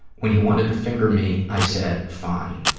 when he wanted to finger me, i said, fine.